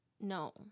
no